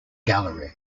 gallery